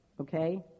Okay